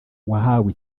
wahawe